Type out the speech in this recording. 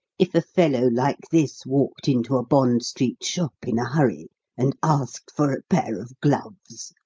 if a fellow like this walked into a bond street shop in a hurry and asked for a pair of gloves.